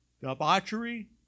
debauchery